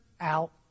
out